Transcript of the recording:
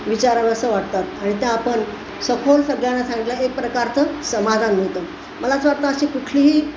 विचारावं असं वाटतं आणि त्या आपण सखोल सगळ्यांना सांगितलं एक प्रकारचं समाधान मिळतं मला असं वाटतं अशी कुठलीही